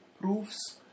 proofs